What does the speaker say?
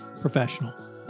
professional